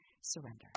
surrender